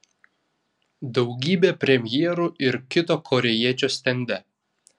daugybė premjerų ir kito korėjiečio stende